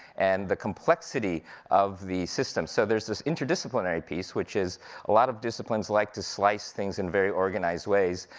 and the complexity of the systems. so there's this interdisciplinary piece, which is a lot of disciplines like to slice things in very organized ways,